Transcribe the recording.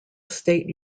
state